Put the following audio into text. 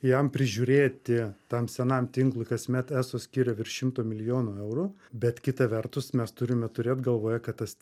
jam prižiūrėti tam senam tinklui kasmet eso skiria virš šimto milijono eurų bet kita vertus mes turime turėt galvoje kad tas